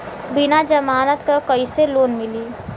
बिना जमानत क कइसे लोन मिली?